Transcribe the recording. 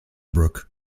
brooke